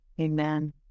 Amen